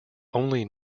only